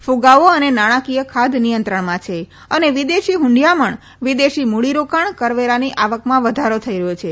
કુગાવો અને નાણાંકીય ખાદ્ય નિયંત્રણમાં છે અને વિદેશી ફંડીયામણ વિદેશી મૂડીરોકાણ કરવેરાની આવકમાં વધારો થઈ રહ્યો છે